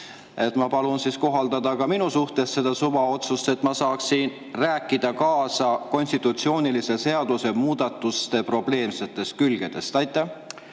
ma palun kohaldada ka minu suhtes sellist suvaotsust, et ma saaksin rääkida kaasa konstitutsioonilise seaduse muudatuste probleemsetest külgedest. Aitäh,